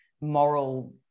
moral